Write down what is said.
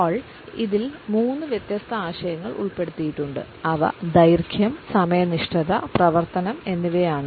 hall ഇതിൽ മൂന്ന് വ്യത്യസ്ത ആശയങ്ങൾ ഉൾപ്പെടുത്തിയിട്ടുണ്ട് അവ ദൈർഘ്യം സമയനിഷ്ഠ പ്രവർത്തനം എന്നിവയാണ്